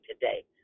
today